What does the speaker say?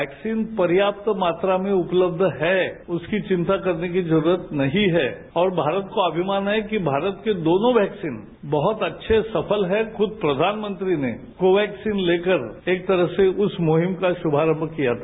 vaccine पर्याप्त मात्रा में उपलब्ध हैं उसकी चिंता करने की जरूरत नहीं है और भारत को अभियान है कि भारत की दोनों वैक्सीन बहुत अच्छे सफल है खुद प्रधानमंत्री ने कोवैक्सीन लेकर एक तरह से उस मुहिम का शुभारंभ किया था